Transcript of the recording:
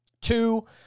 two